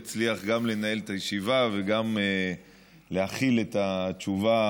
יצליח גם לנהל את הישיבה וגם להכיל את התשובה.